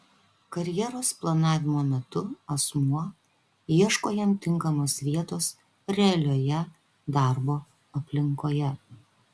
karjeros planavimo metu asmuo ieško jam tinkamos vietos realioje darbo aplinkoje